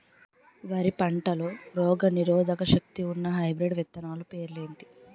వరి పంటలో రోగనిరోదక శక్తి ఉన్న హైబ్రిడ్ విత్తనాలు పేర్లు ఏంటి?